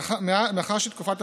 מאחר שתקופת,